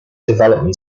development